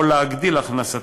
או להגדיל את הכנסתם,